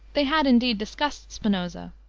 they had, indeed, discussed spinoza.